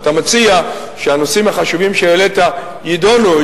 אתה מציע שהנושאים החשובים שהעלית יידונו,